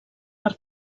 per